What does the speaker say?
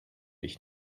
ich